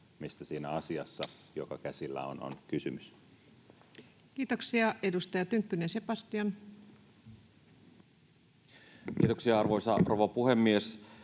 mistä siinä asiassa, joka käsillä on, on kysymys. Kiitoksia. — Edustaja Tynkkynen, Sebastian. Kiitoksia, arvoisa rouva puhemies!